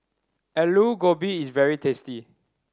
Aloo Gobi is very tasty